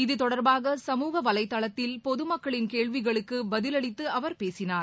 இதுதொடர்பாக சமூக வலைதளத்தில் பொதுமக்களின் கேள்விகளுக்கு பதிலளித்து அவர் பேசினார்